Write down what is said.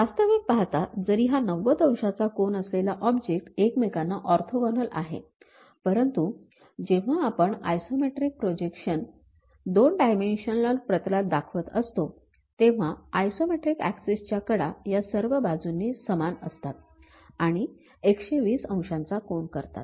वास्तविक पाहता जरी हा ९० अंशाचा कोन असलेला ऑब्जेक्ट एकमेकांना ऑर्थोगोनल आहे परंतु जेव्हा आपण आयसोमेट्रिक प्रोजेक्शन २ डायमेन्शनल प्रतलात दाखवत असतो तेव्हा आयसोमेट्रिक ऍक्सिस च्या कडा ह्या सर्व बाजूनी समान असतात आणि १२० अंशाचा कोन करतात